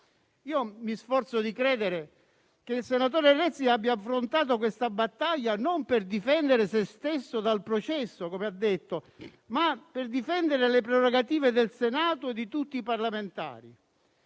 Io mi sforzo di credere che il senatore Renzi abbia affrontato questa battaglia, non per difendere se stesso dal processo, come ha detto, ma per difendere le prerogative del Senato e di tutti i parlamentari.